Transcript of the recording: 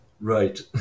Right